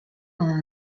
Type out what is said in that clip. are